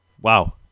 Wow